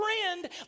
friend